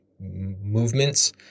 movements